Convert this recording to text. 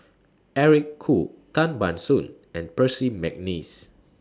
Eric Khoo Tan Ban Soon and Percy Mcneice